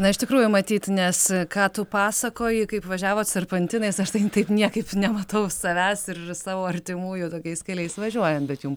na iš tikrųjų matyt nes ką tu pasakoji kaip važiavot serpantinais aš tai taip niekaip nematau savęs ir savo artimųjų tokiais keliais važiuojant bet jum pavyko